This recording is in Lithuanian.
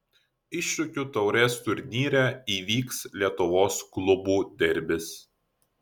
iššūkio taurės turnyre įvyks lietuvos klubų derbis